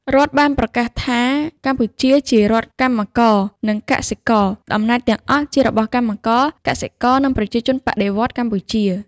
រដ្ឋ បានប្រកាសថា កម្ពុជាជា រដ្ឋកម្មករ និងកសិករ។ អំណាចទាំងអស់ជារបស់កម្មករ កសិករ និងប្រជាជនបដិវត្តន៍កម្ពុជា។